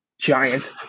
giant